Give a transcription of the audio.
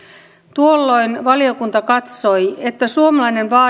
tuolloin valiokunta katsoi että suomalainen